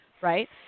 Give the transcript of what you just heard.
right